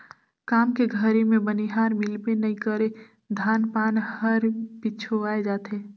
काम के घरी मे बनिहार मिलबे नइ करे धान पान हर पिछवाय जाथे